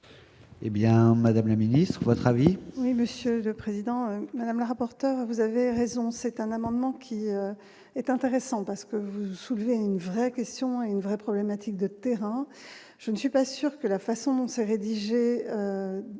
Eh bien, Madame la Ministre votre avis. Oui, Monsieur le Président Madame la rapporteure, vous avez raison, c'est un amendement qui est intéressant parce que vous soulevez une vraie question : une vraie problématique de Téhéran, je ne suis pas sûr que la façon dont s'est rédigé